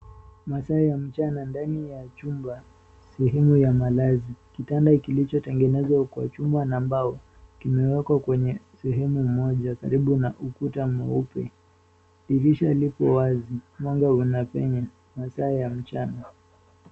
Masaa ya mchana ndani ya chumba sehemu ya malazi, kitanda kilicho tengenezwa kwa chuma na mbao kimewekwa kwenye sehemu moja karibu na ukuta mweupe. Dirisha liko wazi, mwanga unapenya masaa ya mchana.